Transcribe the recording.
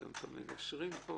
המגשרים,